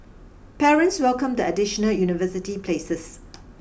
parents welcomed the additional university places